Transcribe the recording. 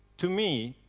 to me,